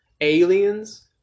Aliens